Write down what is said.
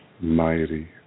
Mighty